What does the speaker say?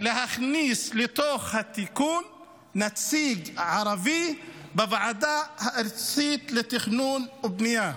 על כן להכניס לתוך התיקון נציג ערבי בוועדה הארצית לתכנון ובנייה.